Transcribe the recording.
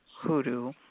hoodoo